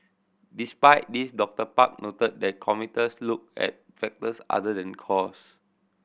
despite this Doctor Park noted that commuters look at factors other than cost